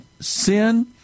sin